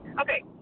Okay